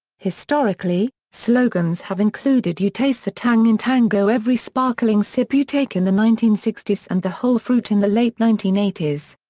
historically, slogans have included you taste the tang in tango every sparkling sip you take in the nineteen sixty s and the whole fruit in the late nineteen eighty s.